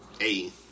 Hey